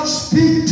speak